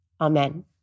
Amen